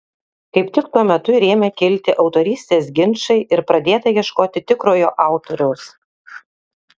kaip tik tuo metu ir ėmė kilti autorystės ginčai ir pradėta ieškoti tikrojo autoriaus